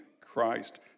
Christ